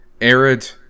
Arid